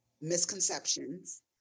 misconceptions